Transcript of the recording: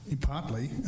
Partly